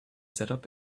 setup